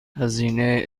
هزینه